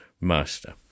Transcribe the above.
master